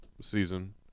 season